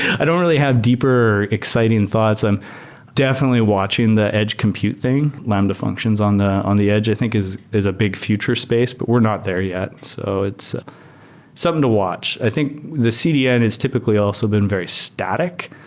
i don't really have deeper, exciting thoughts. i'm definitely watching the edge compute thing. lambda functions on the on the edge i think is is a big future space, but we're not there yet. so it's something to watch. i think the cdn is typically also been very static.